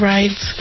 Rights